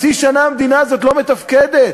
חצי שנה המדינה הזאת לא מתפקדת.